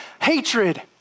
hatred